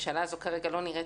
והממשלה הזאת כרגע לא נראית